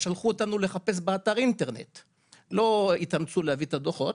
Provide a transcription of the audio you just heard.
שלחו אותנו לחפש באתר האינטרנט כי לא התאמצו להביא את הדוחות.